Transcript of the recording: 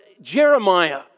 Jeremiah